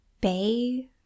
bay